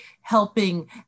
helping